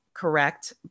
Correct